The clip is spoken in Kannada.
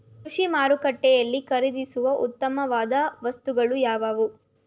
ಕೃಷಿ ಮಾರುಕಟ್ಟೆಯಲ್ಲಿ ಖರೀದಿಸುವ ಉತ್ತಮವಾದ ವಸ್ತುಗಳು ಯಾವುವು?